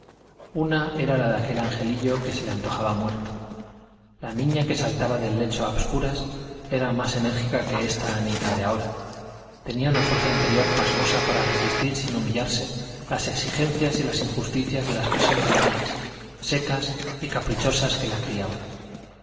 una era la de aquel angelillo que se le antojaba muerto la niña que saltaba del lecho a obscuras era más enérgica que esta anita de ahora tenía una fuerza interior pasmosa para resistir sin humillarse las exigencias y las injusticias de las personas frías secas y caprichosas que la criaban